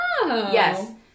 Yes